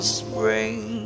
spring